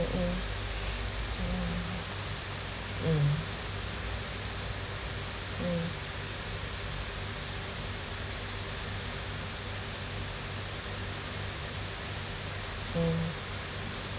mm mm mm mm mm